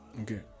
Okay